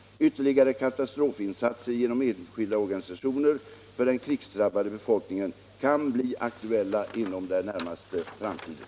Ytterligare katastrofinsatser genom enskilda organisationer för den krigsdrabbade befolkningen kan bli aktuella inom den närmaste framtiden.